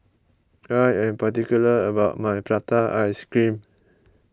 I am particular about my Prata Ice Cream